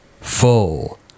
full